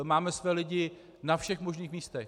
Máme své lidi na všech možných místech.